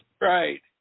Right